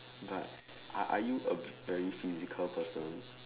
but are are you a very physical person